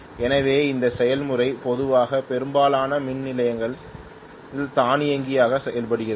எனவே இந்த செயல்முறை பொதுவாக பெரும்பாலான மின் நிலையங்களில் தானியங்கி ஆக செய்யப்படுகிறது